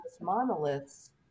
monoliths